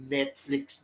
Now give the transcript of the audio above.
Netflix